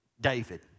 David